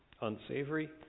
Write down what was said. unsavory